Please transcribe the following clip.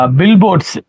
billboards